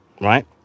right